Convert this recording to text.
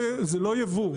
זה לא ייבוא,